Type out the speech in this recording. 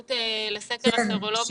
ההתייחסות לסקר הסרולוגי?